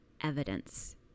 evidence